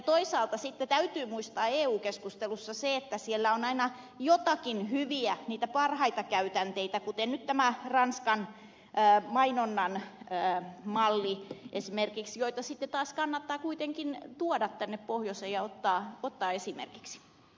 toisaalta sitten täytyy muistaa eu keskustelussa se että siellä on aina jotakin hyviä niitä parhaita käytänteitä kuten nyt esimerkiksi tämä ranskan mainonnan malli joita sitten taas kannattaa kuitenkin tuoda tänne pohjoiseen ja ottaa esimerkiksi